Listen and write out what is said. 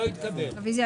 הצבעה הרוויזיה לא אושרה.